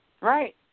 Right